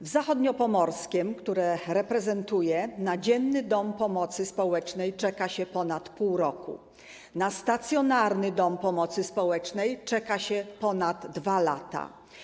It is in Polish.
W Zachodniopomorskiem, które reprezentuję, na dzienny dom pomocy społecznej czeka się ponad pół roku, na stacjonarny dom pomocy społecznej czeka się ponad 2 lata.